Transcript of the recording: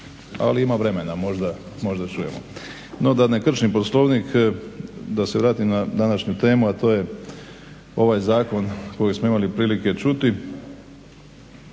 ali imamo vremena možda čujemo. No da ne kršim Poslovnik da se vratim na današnju temu, to je ovaj zakon koji smo imali prilike čuti,